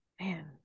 man